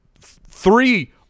three